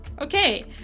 Okay